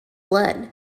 blood